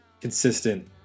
consistent